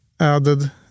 added